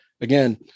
again